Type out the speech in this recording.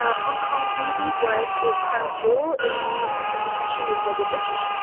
ah hong kong really was a crown jewel in essentially for the british.